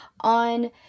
on